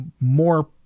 more